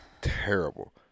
Terrible